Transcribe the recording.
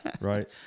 Right